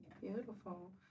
Beautiful